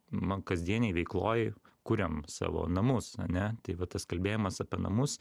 ma kasdienėj veikloj kuriam savo namus ane tai va tas kalbėjimas apie namus